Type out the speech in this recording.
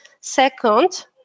Second